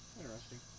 interesting